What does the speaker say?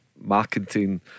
marketing